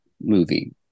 movie